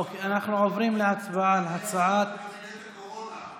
נשמח גם לראות את שר האוצר.